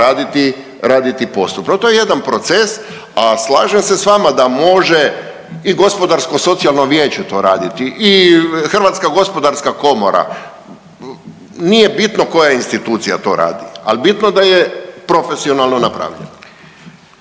raditi postupno. To je jedan proces. A slažem se s vama da može i Gospodarsko-socijalno vijeće to raditi i HGK, nije bitno koje institucija to radi, ali bitno da je profesionalno napravljeno.